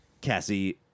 Cassie